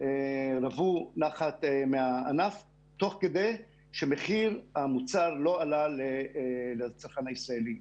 רוו נחת מהענף תוך כדי שמחיר המוצר לא עלה לצרכן הישראלי.